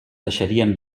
deixarien